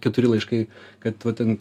keturi laiškai kad va ten